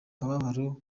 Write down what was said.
kababaro